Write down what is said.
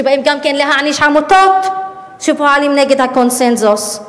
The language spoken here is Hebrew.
שבאים גם להעניש עמותות שפועלות נגד הקונסנזוס.